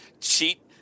cheat